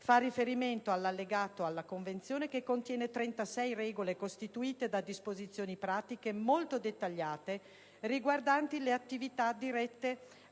riferimento all'allegato alla Convenzione, che contiene 36 regole costituite da disposizioni pratiche molto dettagliate riguardanti le attività dirette